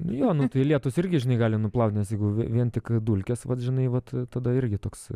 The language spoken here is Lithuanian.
nu jo nu tai lietus irgi žinai gali nuplaut nes jeigu vie vien tik dulkės vat žinai vat tada irgi toks